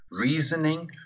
reasoning